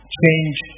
change